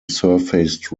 surfaced